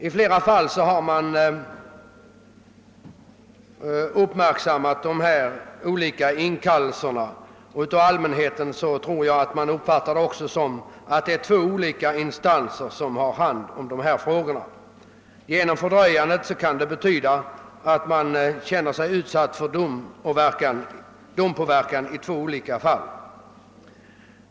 I flera fall har de olika principerna för återkallandet av körkortet väckt uppmärksamhet, och fördröjandet av ärendena har också gjort att allmänheten känner sig utsatt för dompåverkan i två olika fall.